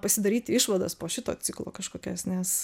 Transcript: pasidaryti išvadas po šito ciklo kažkokias nes